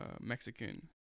mexican